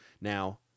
Now